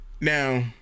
Now